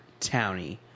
townie